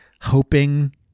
hoping